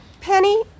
Penny